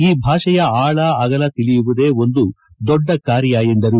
ಈ ಭಾಷೆಯ ಆಳ ಆಗಲ ತಿಳಿಯುವುದೇ ಒಂದು ದೊಡ್ಡ ಕಾರ್ಯ ಎಂದರು